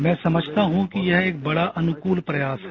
मैं समझता हूँ कि यह एक बड़ा अनुकूल प्रयास है